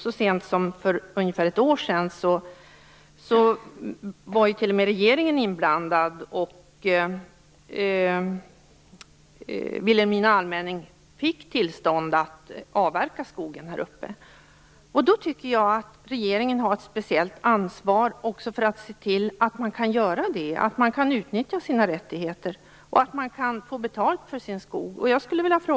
Så sent som för ungefär ett år sedan var t.o.m. regeringen inblandad, och Vilhelmina allmänning fick tillstånd att avverka skogen här uppe. Då tycker jag att regeringen har ett speciellt ansvar också för att se till att man kan göra det, att man kan utnyttja sina rättigheter och få betalt för sin skog.